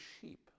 sheep